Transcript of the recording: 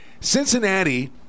Cincinnati